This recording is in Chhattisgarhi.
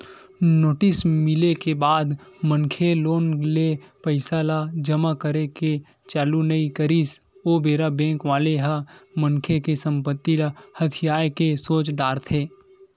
नोटिस मिले के बाद मनखे लोन ले पइसा ल जमा करे के चालू नइ करिस ओ बेरा बेंक वाले ह मनखे के संपत्ति ल हथियाये के सोच डरथे